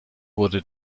wurde